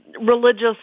religious